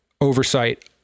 oversight